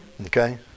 Okay